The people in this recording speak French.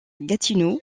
gatineau